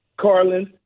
Carlin